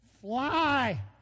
Fly